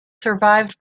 survived